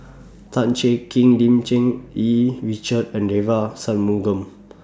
Tan Cheng Kee Lim Cherng Yih Richard and Devagi Sanmugam